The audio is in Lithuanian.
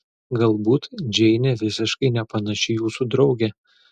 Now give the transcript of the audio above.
galbūt džeinė visiškai nepanaši į jūsų draugę